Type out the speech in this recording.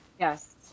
yes